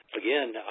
Again